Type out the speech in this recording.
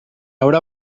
haurà